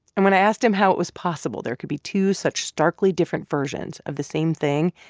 and when i asked him how it was possible there could be two such starkly different versions of the same thing,